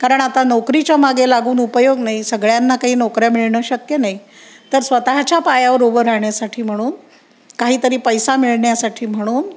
कारण आता नोकरीच्या मागे लागून उपयोग नाही सगळ्यांना काही नोकऱ्या मिळणं शक्य नाही तर स्वतःच्या पायावर उभं राहण्यासाठी म्हणून काही तरी पैसा मिळण्यासाठी म्हणून